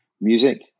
music